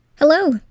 Hello